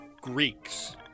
Greeks